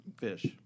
fish